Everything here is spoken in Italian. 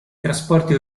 trasporti